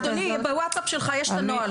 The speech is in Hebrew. אדוני, בוואטסאפ שלך יש את הנוהל.